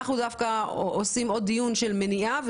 אנחנו דווקא מקיימים עוד דיון של מניעה,